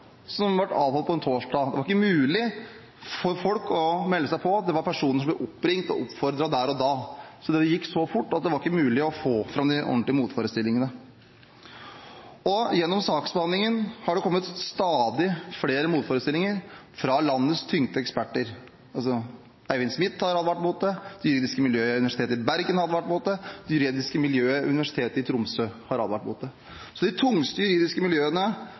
som ble avholdt på torsdag. Det var ikke mulig for folk å melde seg på. Det var personer som ble oppringt og oppfordret der og da. Det gikk så fort at det var ikke mulig å få fram motforestillingene ordentlig. Gjennom saksbehandlingen har det kommet stadig flere motforestillinger fra landets tyngste eksperter. Eivind Smith har advart mot det, det juridiske miljøet ved Universitetet i Bergen har advart mot det, det juridiske miljøet ved Universitetet i Tromsø har advart mot det. Så de tyngste juridiske miljøene